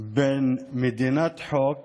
בין מדינת חוק